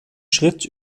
schritt